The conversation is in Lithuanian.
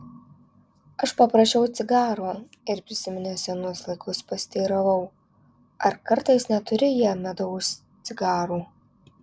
aš paprašiau cigaro ir prisiminęs senus laikus pasiteiravau ar kartais neturi jie medaus cigarų